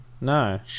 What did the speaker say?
no